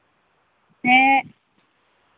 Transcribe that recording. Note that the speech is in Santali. ᱦᱮᱸ